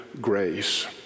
grace